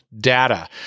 data